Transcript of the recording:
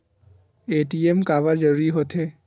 ATM काबर जरूरी हो थे?